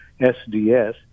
sds